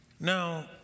Now